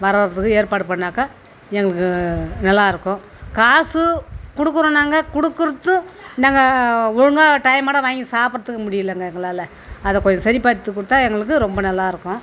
வரதுக்கு ஏற்பாடு பண்ணாக்க எங்களுக்கு நல்லாயிருக்கும் காசும் கொடுக்கறோம் நாங்கள் கொடுக்கறதுக்கு நாங்கள் ஒழுங்காக டைமோடு வாங்கி சாப்பிட்றதுக்கும் முடியலைங்க எங்களால் அதை கொஞ்சம் சரிப்படுத்தி கொடுத்தா எங்களுக்கு ரொம்ப நல்லாயிருக்கும்